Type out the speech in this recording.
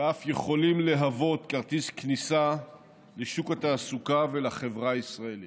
ואף יכולים להוות כרטיס כניסה לשוק התעסוקה ולחברה הישראלית.